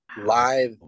live